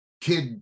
kid